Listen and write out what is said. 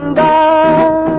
da